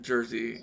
Jersey